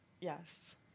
Yes